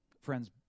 Friends